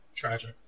tragic